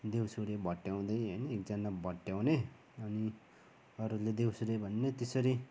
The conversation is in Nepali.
देउसुरे भट्टाउँदै होइन एकजना भट्याउने अनि अरूले देउसुरे भन्ने त्यसरी